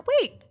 wait